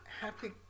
Happy